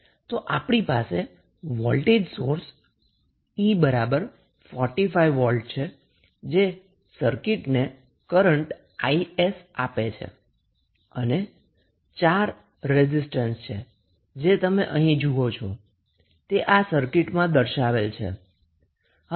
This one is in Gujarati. તો આપણી પાસે વોલ્ટેજ સોર્સ E 45 વોલ્ટ છે જે સર્કિટને કરન્ટ 𝐼𝑠 આપે છે અને 4 રેઝિસ્ટન્સ કે જે તમે અહીં જુઓ છો તે આ સર્કિટમાં દર્શાવેલ છે